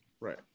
Right